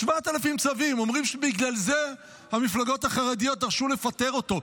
אומרים שבגלל זה המפלגות החרדיות דרשו לפטר אותו.